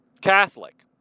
Catholic